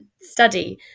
study